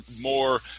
more